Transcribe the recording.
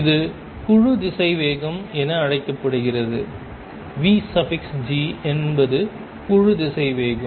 இது குழு திசைவேகம் என அழைக்கப்படுகிறது vg என்பது குழு திசைவேகம்